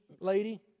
lady